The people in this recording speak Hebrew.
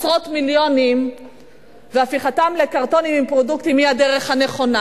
עשרות מיליונים והפיכתם לקרטונים עם פרודוקטים היא הדרך הנכונה?